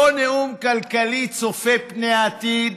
לא נאום כלכלי צופה פני העתיד